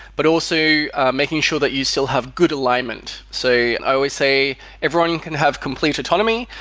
but also making sure that you still have good alignment. so i always say everyone can have complete autonomy,